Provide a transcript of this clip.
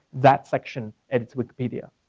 that section edits wikipedia.